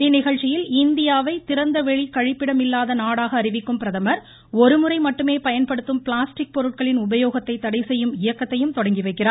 இந்நிகழ்ச்சியில் இந்தியாவை திறந்தவெளி கழிப்பிடம் இல்லாத நாடாக அறிவிக்கும் பிரதமா் ஒருமுறை மட்டுமே பயன்படுத்தும் பிளாஸ்டிக் பொருட்களின் உபயோகத்தை தடை செய்யும் இயக்கத்தையும் தொடங்கி வைக்கிறார்